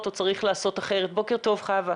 זה לא חצי שעה, במיוחד בימים